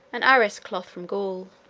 and arras cloth from gaul.